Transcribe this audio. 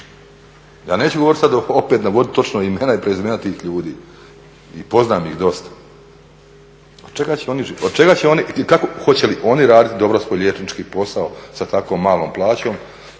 Ja neću govorit sad, opet navodit točno imena i prezimena tih ljudi, poznam ih dosta. Od čega će oni i hoće li oni radit dobro svoj liječnički posao sa tako malom plaćom,